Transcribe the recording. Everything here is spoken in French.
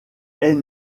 est